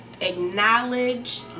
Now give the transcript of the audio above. Acknowledge